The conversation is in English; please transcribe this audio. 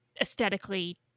aesthetically